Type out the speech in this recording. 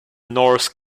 norse